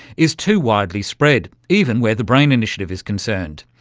is too widely spread, even where the brain initiative is concerned.